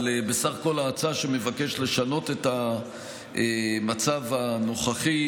אבל בסך הכול ההצעה, שמבקשת לשנות את המצב הנוכחי